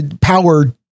power